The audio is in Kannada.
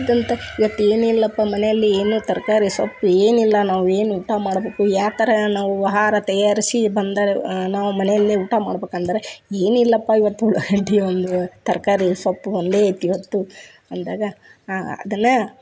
ಇದಂಥ ಇವತ್ತು ಏನಿಲ್ಲಪ್ಪ ಮನೆಯಲ್ಲಿ ಏನು ತರಕಾರಿ ಸೊಪ್ಪು ಏನಿಲ್ಲ ನಾವು ಏನು ಊಟ ಮಾಡ್ಬೇಕು ಯಾವ ಥರ ನಾವು ಆಹಾರ ತಯಾರಿಸಿ ಬಂದರೆ ನಾವು ಮನೆಯಲ್ಲೇ ಊಟ ಮಾಡ್ಬೇಕಂದ್ರೆ ಏನಿಲ್ಲಪ್ಪ ಇವತ್ತು ಉಳ್ಳಾಗಡ್ಡಿ ಒಂದು ತರಕಾರಿ ಸೊಪ್ಪು ಒಂದೇ ಐತಿ ಇವತ್ತು ಅಂದಾಗ ಅದೆಲ್ಲ